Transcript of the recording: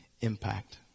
impact